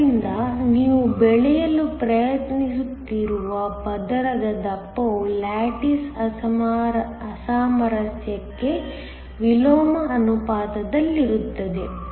ಆದ್ದರಿಂದ ನೀವು ಬೆಳೆಯಲು ಪ್ರಯತ್ನಿಸುತ್ತಿರುವ ಪದರದ ದಪ್ಪವು ಲ್ಯಾಟಿಸ್ ಅಸಾಮರಸ್ಯಕ್ಕೆ ವಿಲೋಮ ಅನುಪಾತದಲ್ಲಿರುತ್ತದೆ